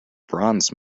bronze